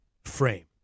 frame